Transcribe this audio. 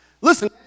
Listen